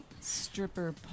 stripper